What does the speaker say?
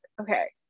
okay